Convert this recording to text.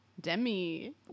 Demi